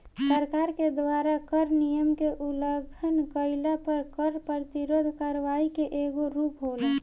सरकार के द्वारा कर नियम के उलंघन कईला पर कर प्रतिरोध करवाई के एगो रूप होला